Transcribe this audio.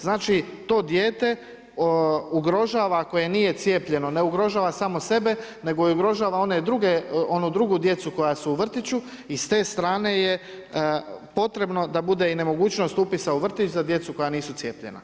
Znači, to dijete ugrožava, koje nije cijepljeno, ne ugrožava smo sebe, nego ugrožava i onu drugu djecu koja su u vrtiću i s te strane je potrebno da bude i nemogućnost upisa u vrtić za djecu koja nisu cijepljenja.